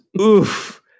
Oof